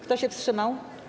Kto się wstrzymał?